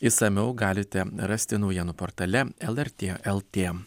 išsamiau galite rasti naujienų portale lrt lt